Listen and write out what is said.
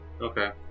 Okay